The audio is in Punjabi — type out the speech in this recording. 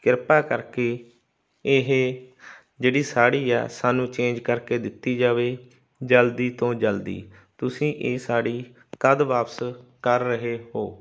ਕਿਰਪਾ ਕਰਕੇ ਇਹ ਜਿਹੜੀ ਸਾੜੀ ਆ ਸਾਨੂੰ ਚੇਂਜ ਕਰਕੇ ਦਿੱਤੀ ਜਾਵੇ ਜਲਦੀ ਤੋਂ ਜਲਦੀ ਤੁਸੀਂ ਇਹ ਸਾੜੀ ਕਦ ਵਾਪਸ ਕਰ ਰਹੇ ਹੋ